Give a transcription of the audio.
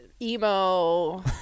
emo